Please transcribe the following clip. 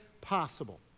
possible